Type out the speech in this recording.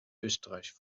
österreich